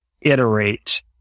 iterate